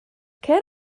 cer